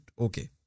okay